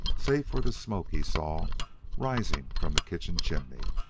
save for the smoke he saw rising from the kitchen chimney.